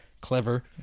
Clever